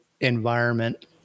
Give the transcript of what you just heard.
environment